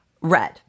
Red